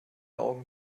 augen